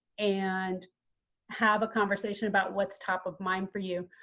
and have a conversation about what's top of mind for you.